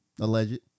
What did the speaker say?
alleged